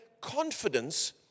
confidence